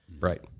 Right